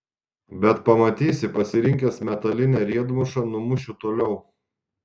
bet pamatysi pasirinkęs metalinę riedmušą numušiu toliau